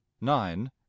nine